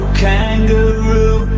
kangaroo